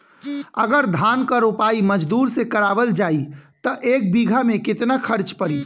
अगर धान क रोपाई मजदूर से करावल जाई त एक बिघा में कितना खर्च पड़ी?